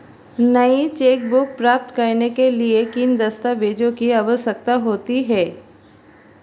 नई चेकबुक प्राप्त करने के लिए किन दस्तावेज़ों की आवश्यकता होती है?